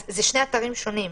אלה שני אתרים שונים.